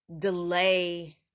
delay